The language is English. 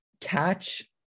catch